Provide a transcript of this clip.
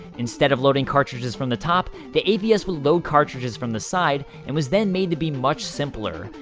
instead of loading cartridges from the top, the avs would load cartridges from the side, and was then made to be much simpler.